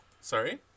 Sorry